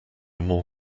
more